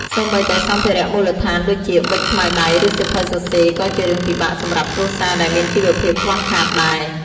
សូម្បីតែសម្ភារៈមូលដ្ឋានដូចជា ប៊ិច ខ្មៅដៃ ឬសៀវភៅសរសេរ ក៏ជារឿងពិបាកសម្រាប់គ្រួសារដែលមានជីវភាពខ្វះខាតដែរ។